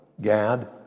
Gad